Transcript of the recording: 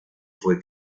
fue